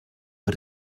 but